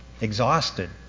exhausted